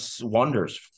wonders